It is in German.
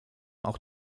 auch